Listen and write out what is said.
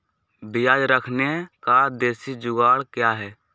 प्याज रखने का देसी जुगाड़ क्या है?